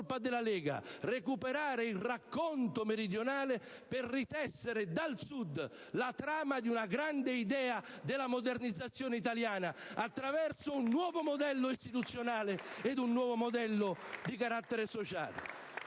della Lega, di recuperare il racconto meridionale per ritessere dal Sud la trama di una grande idea della modernizzazione italiana attraverso un nuovo modello istituzionale ed un nuovo modello di carattere sociale